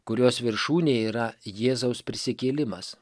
kurios viršūnė yra jėzaus prisikėlimas